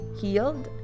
healed